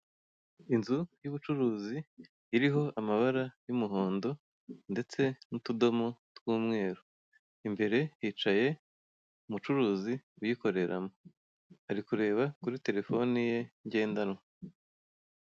Inzu y'ubucuruzi iriho amabara y'umuhondo ndetse n'utudomo tw'umweru imbere hicaye umucuruzi uyikoreramo ari kureba kuri terefone ye ngendanwa.